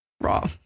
Raw